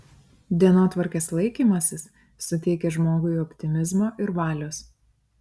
dienotvarkės laikymasis suteikia žmogui optimizmo ir valios